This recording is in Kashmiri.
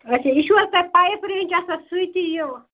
اَچھا یہِ چھُوا حظ تۄہہِ پایِپ رینٛج آسان سۭتی یِہ